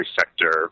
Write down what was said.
sector